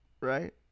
right